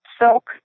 silk